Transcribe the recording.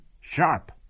sharp